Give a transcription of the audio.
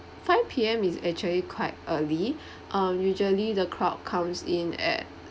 five P_M is actually quite early uh usually the crowd comes in at